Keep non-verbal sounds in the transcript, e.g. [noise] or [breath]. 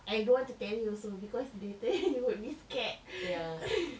I don't want to tell you also because later [laughs] you would be scared [breath]